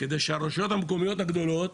כדי שהרשויות המקומיות הגדולות